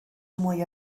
mwy